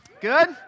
Good